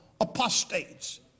apostates